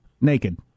naked